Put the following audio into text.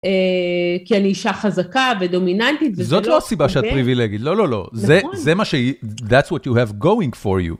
אהה... כי אני אישה חזקה ודומיננטית. זאת לא הסיבה שאת פריווילגית, לא לא לא. זה, זה מה ש that's what you have going for you